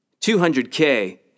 200K